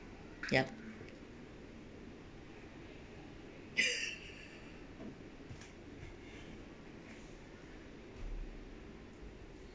yup